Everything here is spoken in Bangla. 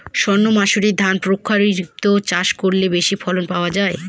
সর্ণমাসুরি ধান প্রক্ষরিপে চাষ করলে বেশি ফলন পাওয়া যায়?